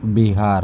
Bihar